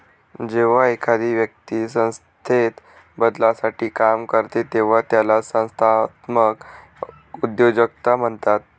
जेव्हा एखादी व्यक्ती संस्थेत बदलासाठी काम करते तेव्हा त्याला संस्थात्मक उद्योजकता म्हणतात